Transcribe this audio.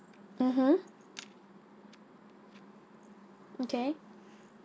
mmhmm okay